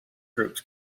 groups